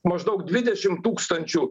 maždaug dvidešim tūkstančių